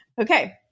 Okay